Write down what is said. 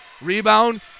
Rebound